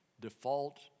Default